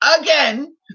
again